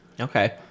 Okay